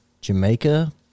Jamaica